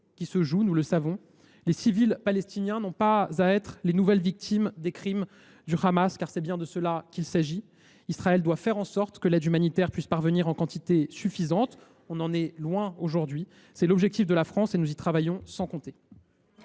faisons face, nous le savons. Les civils palestiniens n’ont pas à être les nouvelles victimes des crimes du Hamas, car c’est bien de cela qu’il s’agit. Israël doit faire en sorte que l’aide humanitaire puisse parvenir en quantité suffisante. Nous en sommes loin aujourd’hui. C’est l’objectif de la France et nous y travaillons sans compter.